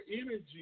energy